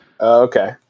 Okay